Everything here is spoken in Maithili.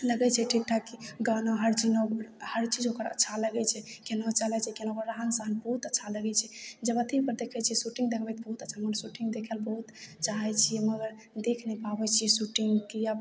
लागै छै ठीक ठाक कि गानो हर चीजो हर चीज ओकर अच्छा लगै छै कोना चलै छै कोना ओकर रहन सहन बहुत अच्छा लागै छै जब अथीपर देखै छिए शूटिन्ग देखबै तऽ बहुत अच्छा मगर शूटिन्ग देखै ले बहुत चाहै छिए मगर देखि नहि पाबै छिए शूटिन्ग किएक